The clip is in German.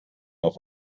auf